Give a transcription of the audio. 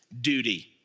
duty